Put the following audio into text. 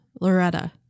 Loretta